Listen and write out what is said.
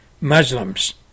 Muslims